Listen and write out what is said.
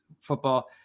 football